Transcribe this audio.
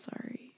sorry